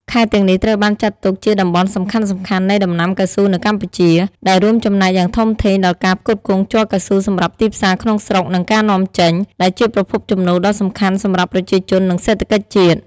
ខេត្តទាំងនេះត្រូវបានចាត់ទុកជាតំបន់សំខាន់ៗនៃដំណាំកៅស៊ូនៅកម្ពុជា ដែលរួមចំណែកយ៉ាងធំធេងដល់ការផ្គត់ផ្គង់ជ័រកៅស៊ូសម្រាប់ទីផ្សារក្នុងស្រុក និងការនាំចេញ ដែលជាប្រភពចំណូលដ៏សំខាន់សម្រាប់ប្រជាជន និងសេដ្ឋកិច្ចជាតិ។